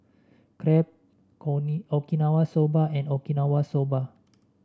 Crepe Okinawa Soba and Okinawa Soba